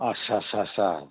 आस्सा आस्सासा